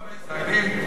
כמה ישראלים,